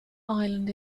island